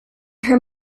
her